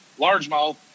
largemouth